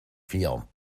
vier